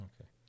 Okay